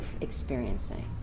experiencing